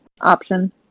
option